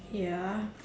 ya